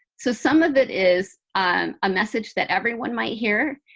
so some of it is um a message that everyone might hear.